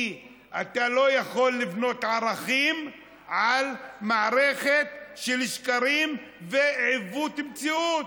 כי אתה לא יכול לבנות ערכים על מערכת של שקרים ועיוות מציאות.